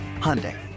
Hyundai